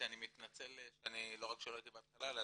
אני מתנצל לא רק שלא הייתי בהתחלה אלא